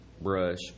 brush